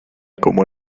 como